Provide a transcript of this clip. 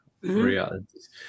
realities